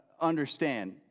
understand